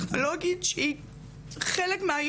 מעבר לכך שאני פעילה חברתית,